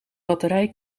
batterij